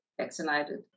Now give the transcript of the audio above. vaccinated